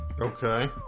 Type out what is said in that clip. Okay